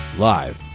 Live